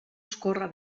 escórrer